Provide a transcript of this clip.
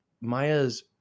Maya's